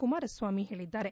ಕುಮಾರಸ್ನಾಮಿ ಹೇಳಿದ್ದಾರೆ